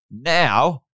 now